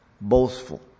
boastful